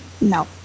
no